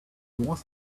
was